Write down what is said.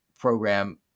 program